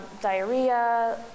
diarrhea